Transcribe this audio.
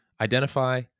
identify